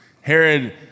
Herod